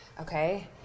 okay